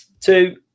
two